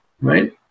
right